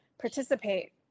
participate